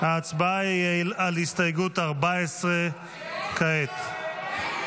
ההצבעה היא על הסתייגות 14. כעת.